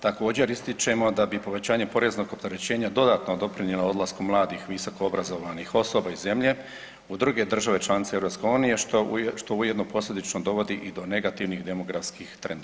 Također ističemo da bi povećanje poreznog opterećenja dodatno doprinjelo odlasku mladih visokoobrazovanih osoba iz zemlje u druge države članice EU, što, što ujedno posljedično dovodi i do negativnih demografskim trendova.